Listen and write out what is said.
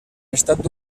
estat